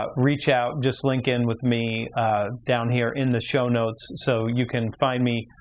ah reach out, just link in with me down here in the show notes so you can find me